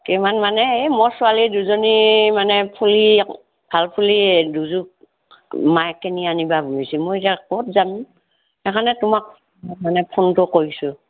কিমান মানে মই ছোৱালী দুজনী মানে ফুলি ভাল ফুলি দুযোৰ মায়ে কিনি আনিবা বুলিছে মই এতিয়া ক'ত যাম সেইকাৰণে তোমাক মানে ফোনটো কৰিছোঁ